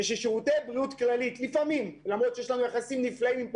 יש לנו יחסים נפלאים עם פרופ'